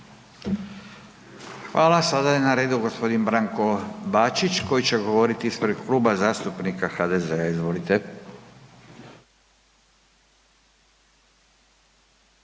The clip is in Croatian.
Hvala. Sada je na redu g. Branko Bačić koji će govoriti ispred Kluba zastupnika HDZ-a, izvolite.